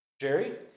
Jerry